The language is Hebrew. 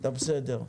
זה בסדר.